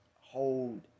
hold